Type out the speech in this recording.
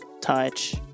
touch